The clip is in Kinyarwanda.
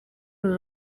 uru